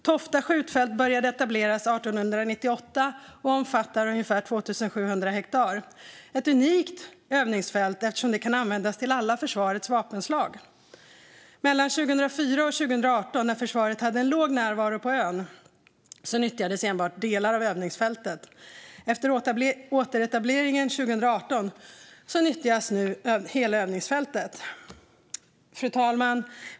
Tofta skjutfält började etableras 1898 och omfattar ungefär 2 700 hektar. Det är ett unikt övningsfält eftersom det kan användas till alla försvarets vapenslag. Mellan 2004 och 2018, när försvaret hade en låg närvaro på ön, nyttjades enbart delar av övningsfältet. Efter återetableringen 2018 nyttjas nu hela övningsfältet. Fru talman!